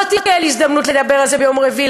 לא תהיה לי הזדמנות לדבר על זה ביום רביעי,